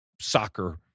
soccer